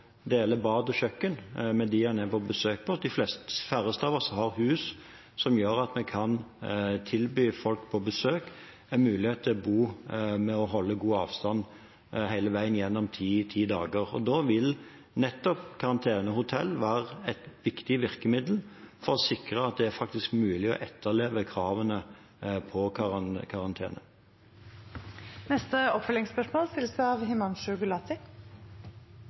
er på besøk hos. De færreste av oss har hus som gjør at vi kan tilby folk på besøk en mulighet til å holde god avstand hele veien gjennom ti dager. Da vil nettopp karantenehotell være et viktig virkemiddel for å sikre at det faktisk er mulig å etterleve kravene til karantene. Det åpnes for oppfølgingsspørsmål – Himanshu Gulati.